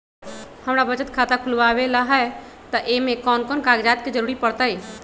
हमरा बचत खाता खुलावेला है त ए में कौन कौन कागजात के जरूरी परतई?